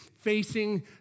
facing